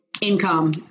income